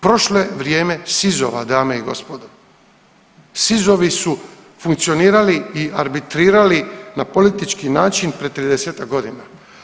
Prošlo je vrijeme SIZ-ova dame i gospoda, SIZ-ovi su funkcionirali i arbitrirali na politički način pred 30-ak godina.